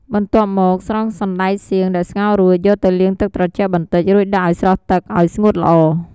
បន្ទាប់មក ស្រង់សណ្ដែកសៀងដែលស្ងោររួច យកទៅលាងទឹកត្រជាក់បន្តិច រួចដាក់ឱ្យស្រស់ទឹក ឱ្យស្ងួតល្អ។